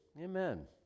Amen